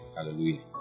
Hallelujah